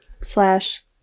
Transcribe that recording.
slash